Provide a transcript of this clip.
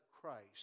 Christ